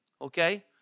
Okay